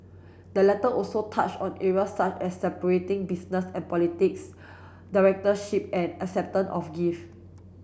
the letter also touched on areas such as separating business and politics directorship and acceptance of gift